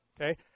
okay